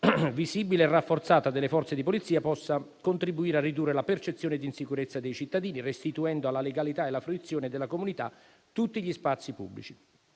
visibile e rafforzata delle Forze di polizia possa contribuire a ridurre la percezione di insicurezza dei cittadini, restituendo alla legalità e alla fruizione della comunità tutti gli spazi pubblici.